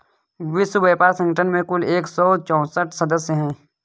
विश्व व्यापार संगठन में कुल एक सौ चौसठ सदस्य हैं